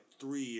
three